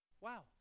Wow